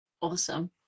awesome